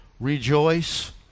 rejoice